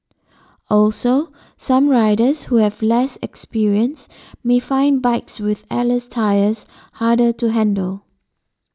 also some riders who have less experience may find bikes with airless tyres harder to handle